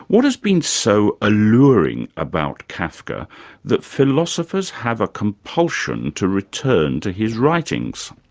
what has been so alluring about kafka that philosophers have a compulsion to return to his writings?